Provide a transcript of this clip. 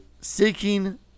seeking